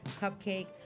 cupcake